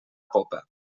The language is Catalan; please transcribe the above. popa